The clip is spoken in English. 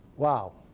wow.